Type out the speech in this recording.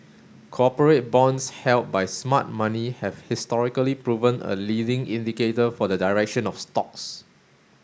corporate bonds held by smart money have historically proven a leading indicator for the direction of stocks